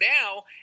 now